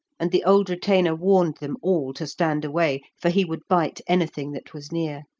and the old retainer warned them all to stand away, for he would bite anything that was near.